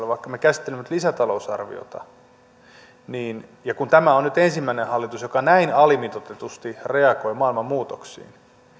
vaikka me käsittelemme nyt lisätalousarviota ja kun tämä on nyt ensimmäinen hallitus joka näin alimitoitetusti reagoi maailman muutoksiin